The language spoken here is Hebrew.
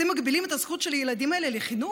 אתם מגבילים את הזכות של הילדים האלה לחינוך.